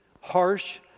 harsh